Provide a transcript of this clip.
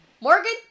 Morgan